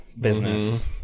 business